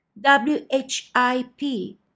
w-h-i-p